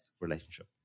relationship